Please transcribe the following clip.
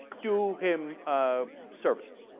dual him ah. service